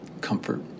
comfort